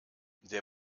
der